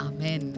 Amen